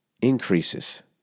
Increases